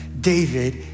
David